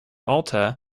alta